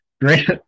Great